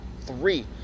three